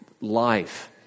life